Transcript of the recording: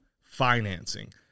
Financing